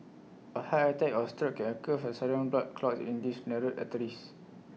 A heart attack or stroke can occur from sudden blood clots in these narrowed arteries